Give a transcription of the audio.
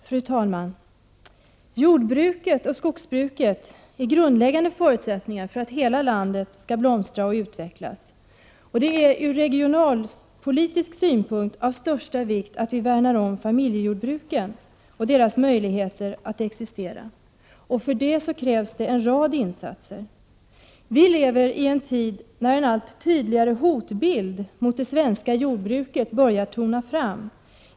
Fru talman! Jordbruket och skogsbruket är grundläggande förutsättningar för att hela landet skall blomstra och utvecklas. Det är ur regionalpolitisk synpunkt av största vikt att vi värnar om familjejordbruken och deras möjligheter att existera. För detta krävs en rad insatser. Vi lever i en tid när en allt tydligare hotbild mot det svenska jordbruket börjar tona fram.